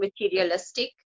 materialistic